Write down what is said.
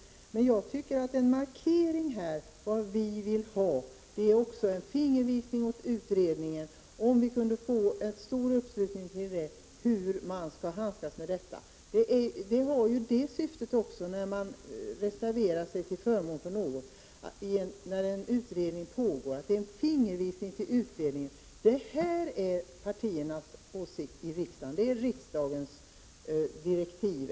Om vi kunde få en stor uppslutning kring hur man skall handskas med detta skulle det vara en fingervisning till utredningen om hur vi vill ha det. När man reserverar sig till förmån för något under den tid en utredning pågår är det ju en fingervisning till utredningen om partiernas åsikt i frågan.